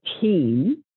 team